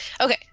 Okay